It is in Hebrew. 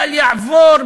בל יעבור,